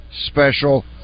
special